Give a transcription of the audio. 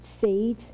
seed